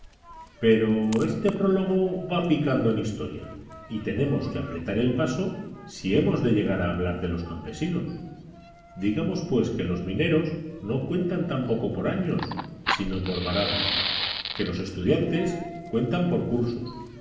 pero este prólogo va picando en historia y tenemos que apretar el paso si hemos de llegar a hablar de los campesinos digamos pues que los mineros no cuentan tampoco por años sino por varadas que los estudiantes cuentan por cursos